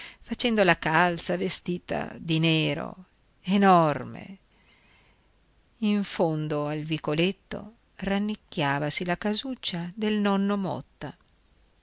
facendo la calza vestita di nero enorme in fondo al vicoletto rannicchiavasi la casuccia del nonno motta